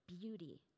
beauty